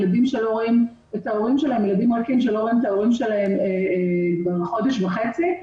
ילדים רכים שלא רואים את הוריהם כבר חודש וחצי.